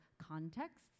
contexts